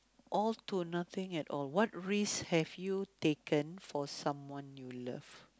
all to nothing at all what risk have you taken for someone you love